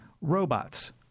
Robots